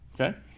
Okay